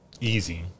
easy